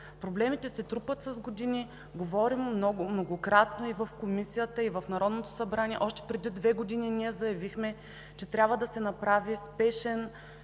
Проблемите се трупат с години, говорим многократно и в Комисията, и в пленарната зала. Още преди две години ние заявихме, че трябва да се направи спешен